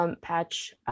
Patch